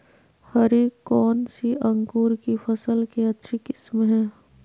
हरी कौन सी अंकुर की फसल के अच्छी किस्म है?